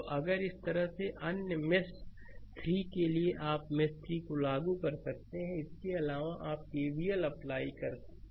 तो अगर इस तरह से अन्य इस मेश 3 के लिए आप मेश 3 को लागू कर सकते हैं इसके अलावा आप केवीएल अप्लाई कर सकते हैं